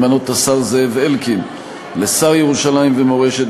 למנות את השר זאב אלקין לשר ירושלים ומורשת,